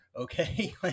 Okay